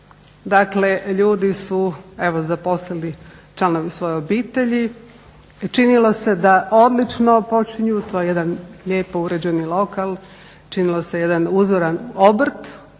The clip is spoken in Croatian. Dakle, ljudi su evo zaposlili članove svoje obitelji i činilo se da odlično počinju, to je jedan lijepo uređeni lokal, činilo se jedan uzoran obrt